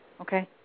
okay